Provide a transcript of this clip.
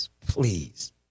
please